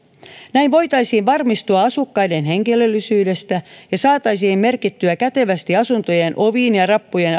näin voitaisiin varmistua asukkaiden henkilöllisyydestä ja saataisiin merkittyä kätevästi asuntojen oviin ja rappujen